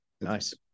Nice